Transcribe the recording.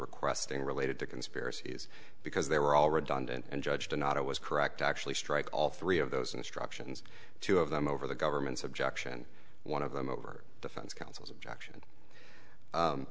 requesting related to conspiracies because they were all redundant and judged to not it was correct actually strike all three of those instructions two of them over the government's objection one of them over defense counsel's objection